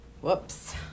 Whoops